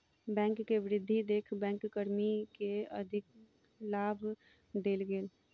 bank के वृद्धि देख बैंक कर्मी के अधिलाभ देल गेल